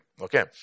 Okay